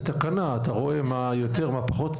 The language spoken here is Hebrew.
זה תקנה אתה רואה מה יותר מה פחות,